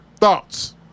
Thoughts